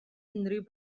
unrhyw